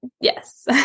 Yes